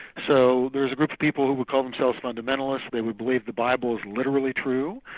so there's a group of people who would call themselves fundamentalists, they would believe the bible is literally true,